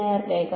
നേർരേഖ